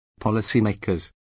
policymakers